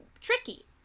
tricky